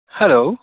hello